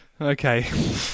Okay